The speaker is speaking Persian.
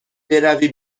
بروی